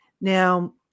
Now